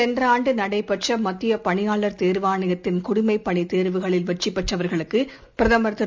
சென்றஆண்டுநடைபெற்றமத்தியபணியாளர் தேர்வாணையத்தின் குடிமைப் பணித் தேர்வுகளில் வெற்றிபெற்றவர்களுக்குபிரதமர் திரு